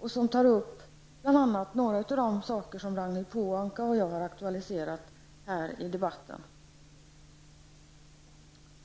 och som tar upp bl.a. några av de saker som Ragnhild Pohanka och jag har aktualiserat här i debatten.